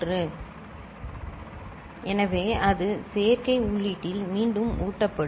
x3x2x1x0 1101 y3y2y1y0 1011 எனவே அது சேர்க்கை உள்ளீட்டில் மீண்டும் ஊட்டப்படும்